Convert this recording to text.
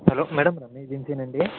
hollow madam అండి